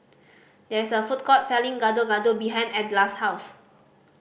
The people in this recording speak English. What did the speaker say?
there is a food court selling Gado Gado behind Edla's house